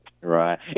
Right